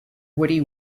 woody